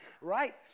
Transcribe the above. Right